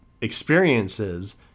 experiences